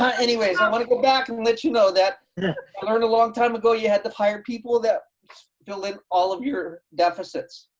anyways, i wanna go back and let you know that i learned a long time ago you had to hire people that fill in all of your deficits.